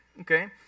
okay